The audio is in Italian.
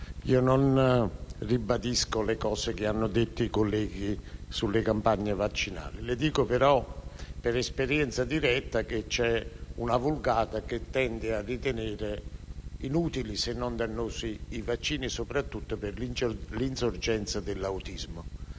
non ribadisco le cose che hanno detto i colleghi sulle campagne vaccinali. Le dico però, per esperienza diretta, che c'è una *vulgata* che tende a ritenere inutili, se non dannosi, i vaccini, soprattutto perché causerebbero l'insorgenza dell'autismo.